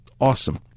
Awesome